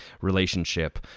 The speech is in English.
relationship